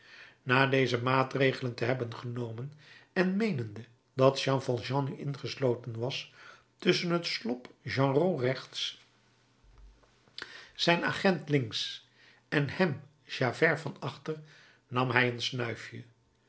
na deze maatregelen te hebben genomen en meenende dat jean valjean nu ingesloten was tusschen het slop genrot rechts zijn agent links en hem javert van achter nam hij een snuifje